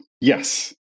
Yes